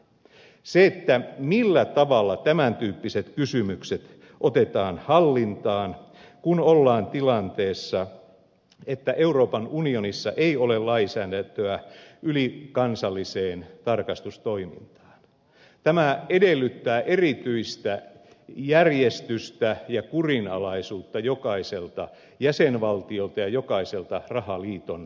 se millä tavalla tämän tyyppiset kysymykset otetaan hallintaan kun ollaan tilanteessa että euroopan unionissa ei ole lainsäädäntöä ylikansalliseen tarkastustoimintaan tämä edellyttää erityistä järjestystä ja kurinalaisuutta jokaiselta jäsenvaltiolta ja jokaiselta rahaliiton jäseneltä